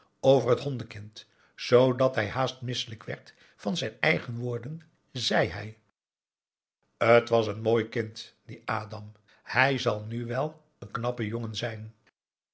over het hondenkind zoodat hij haast misselijk werd van zijn eigen woorden zei hij t was een mooi kind die adam hij zal nu wel een knappe jongen zijn